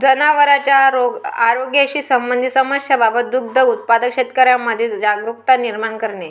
जनावरांच्या आरोग्याशी संबंधित समस्यांबाबत दुग्ध उत्पादक शेतकऱ्यांमध्ये जागरुकता निर्माण करणे